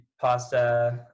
pasta